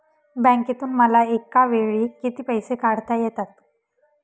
बँकेतून मला एकावेळी किती पैसे काढता येतात?